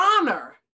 honor